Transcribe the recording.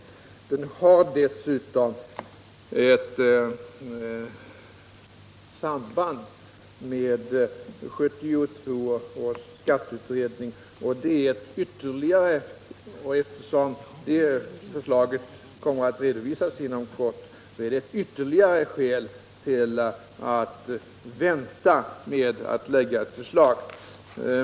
Kommittén har dessutom ett samband med 1972 års skatteutredning, och eftersom denna utredning kommer att redovisa sitt förslag inom kort innebär det ett ytterligare skäl till att man bör vänta med ett lagförslag.